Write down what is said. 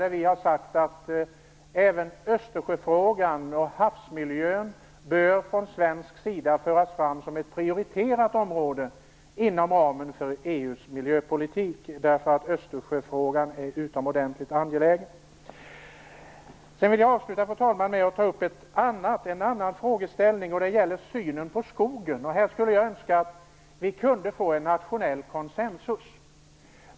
Även Östersjöfrågan och havsmiljön bör från svensk sida föras fram som ett prioriterat område inom ramen för EU:s miljöpolitik. Östersjöfrågan är utomordentligt angelägen. Fru talman! Sedan vill jag avsluta med att ta upp en annan fråga. Det gäller synen på skogen. Jag önskar att vi här kunde få till stånd en nationell konsensus.